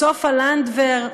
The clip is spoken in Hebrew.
סופה לנדבר,